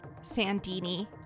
Sandini